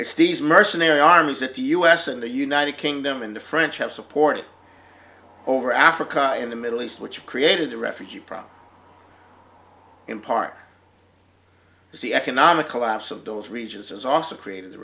it's these mercenary armies that the u s and the united kingdom and the french have supported over africa and the middle east which created the refugee problem in part because the economic collapse of those regions has also created the